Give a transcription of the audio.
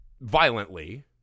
violently